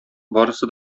барысы